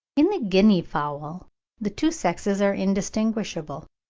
in the guinea-fowl the two sexes are indistinguishable.